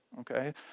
Okay